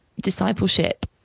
discipleship